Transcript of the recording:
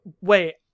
wait